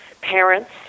parents